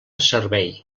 servei